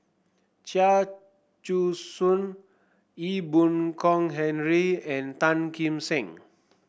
Chia Choo Suan Ee Boon Kong Henry and Tan Kim Seng